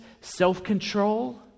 self-control